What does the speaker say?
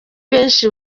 benshi